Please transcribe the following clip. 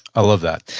i love that.